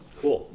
cool